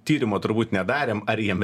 tyrimo turbūt nedarėm ar jiem